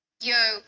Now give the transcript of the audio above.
yo